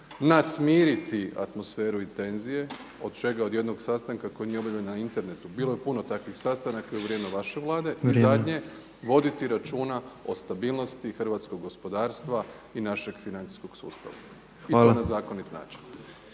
nas smiriti atmosferu i tenzije od čega od jednog sastanka koji nije objavljen na internetu, bilo je puno takvih sastanaka i u vrijeme vaše Vlade. …/Upadica predsjednik: Vrijeme./… I zadnje voditi računa o stabilnosti hrvatskog gospodarstva i našeg financijskog sustava i to na zakonit način.